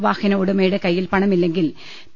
വാഹന ഉടമയുടെ കൈയ്യിൽ പണമില്ലെങ്കിൽ പി